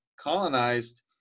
colonized